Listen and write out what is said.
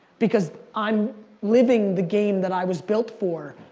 because i'm living the game that i was built for.